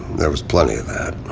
there was plenty of that.